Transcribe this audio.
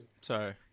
Sorry